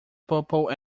purple